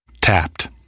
Tapped